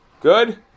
good